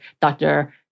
Dr